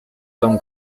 son